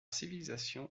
civilisation